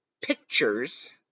pictures